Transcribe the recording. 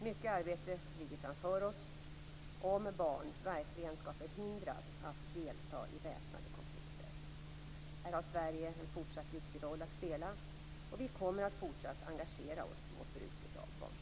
Mycket arbete ligger framför oss om barn verkligen skall förhindras att delta i väpnade konflikter. Här har Sverige en fortsatt viktig roll att spela, och vi kommer att fortsatt engagera oss mot bruket av barnsoldater.